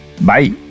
Bye